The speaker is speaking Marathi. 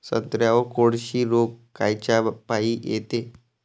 संत्र्यावर कोळशी रोग कायच्यापाई येते?